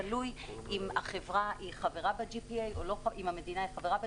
תלוי אם המדינה חברה ב-GTA או לא.